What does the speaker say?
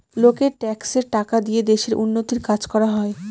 লোকের ট্যাক্সের টাকা দিয়ে দেশের উন্নতির কাজ করা হয়